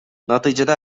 натыйжада